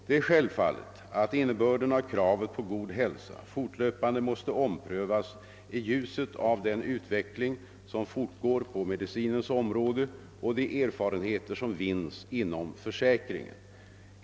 Det är självfallet att innebörden av kravet på god hälsa fortlöpande måste omprövas i ljuset av den utveckling som fortgår på medicinens område och de erfarenheter som vinns inom försäkringen.